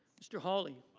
mr. holly.